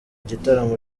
igitaramo